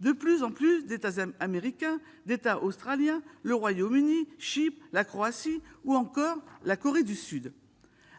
de plus en plus d'États américains, d'États australiens, le Royaume-Uni, Chypre, la Croatie ou encore la Corée du Sud.